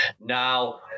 Now